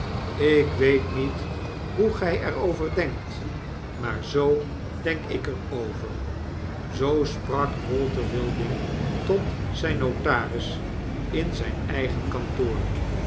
ik weet niet hoe gtj er over denkt maar zoo denk ik er over zoo sprak walter wilding tot zjn notaris in zijn eigen kantoor